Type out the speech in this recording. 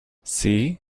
see